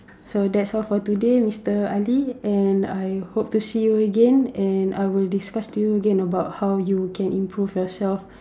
so that's all for today mister Ali and I hope to see you again and I will discuss to you again about how you can improve yourself